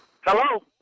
Hello